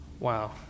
Wow